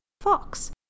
fox